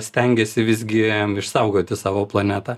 stengėsi visgi išsaugoti savo planetą